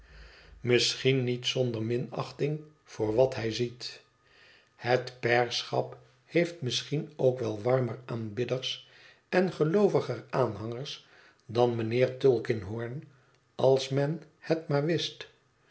misschien niet zonder minachting voor wat hij ziet het pairschap heeft misschien ook wel warmer aanbidders en gelooviger aanhangers dan mijnheer tulkinghorn als men het maar wist